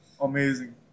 amazing